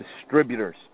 distributors